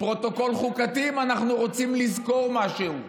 פרוטוקול חוקתי, אם אנחנו רוצים לזכור משהו.